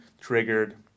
Triggered